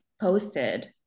posted